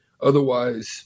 otherwise